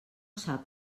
sap